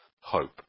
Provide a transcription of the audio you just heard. hope